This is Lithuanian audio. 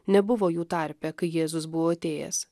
nebuvo jų tarpe kai jėzus buvo atėjęs